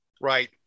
Right